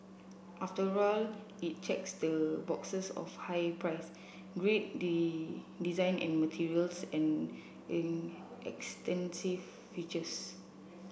after all it checks the boxes of high price great the design and materials and in extensive features